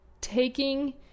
taking